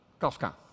Kafka